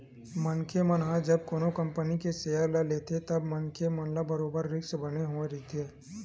मनखे मन ह जब कोनो कंपनी के सेयर ल लेथे तब मनखे मन ल बरोबर रिस्क बने होय रहिथे